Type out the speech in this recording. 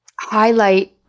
highlight